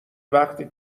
وقتی